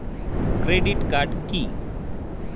Credit card কি?